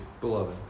beloved